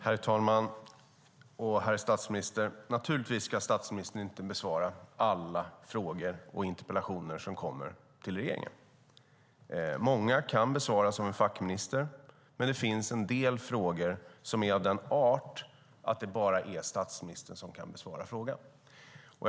Herr talman! Herr statsminister! Naturligtvis ska statsministern inte besvara alla frågor och interpellationer som kommer till regeringen. Många kan besvaras av en fackminister, men det finns en del frågor som är av den arten att det bara är statsministern som kan besvara dem.